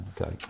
okay